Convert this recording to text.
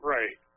Right